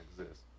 exist